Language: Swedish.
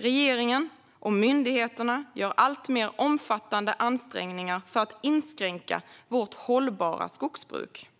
Regeringen och myndigheterna gör alltmer omfattande ansträngningar för att inskränka vårt hållbara skogsbruk.